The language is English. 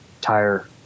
tire